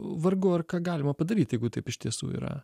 vargu ar ką galima padaryt jeigu taip iš tiesų yra